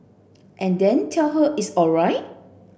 and then tell her it's alright